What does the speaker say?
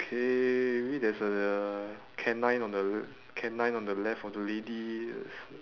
okay maybe there's a canine on the canine on the left of the lady it's uh